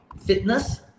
fitness